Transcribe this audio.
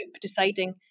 deciding